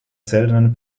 seltenen